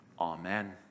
Amen